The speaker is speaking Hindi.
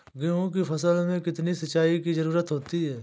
गेहूँ की फसल में कितनी सिंचाई की जरूरत होती है?